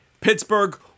Pittsburgh